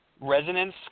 resonance